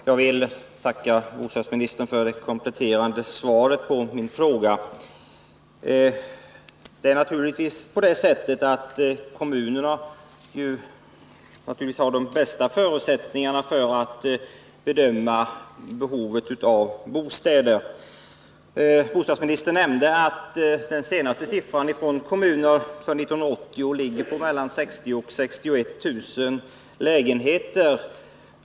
Herr talman! Jag vill tacka bostadsministern för det kompletterande svaret på min fråga. Det är naturligtvis på det sättet att kommunerna har de bästa förutsättningarna att bedöma behovet av bostäder. Bostadsministern nämnde att den senaste siffran från kommunerna för 1980 ligger på mellan 60 000 och 61 000 lägenheter.